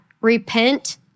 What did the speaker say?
Repent